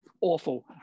awful